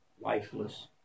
lifeless